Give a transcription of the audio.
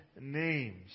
names